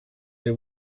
they